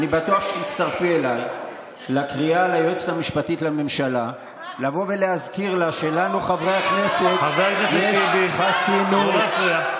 ואני חייב למסור פה חבר הכנסת מלביצקי,